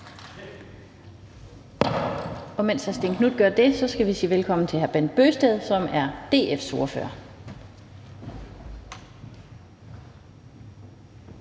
Mens hr. Stén Knuth gør det, skal vi sige velkommen til hr. Bent Bøgsted, som er DF's ordfører.